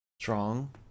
Strong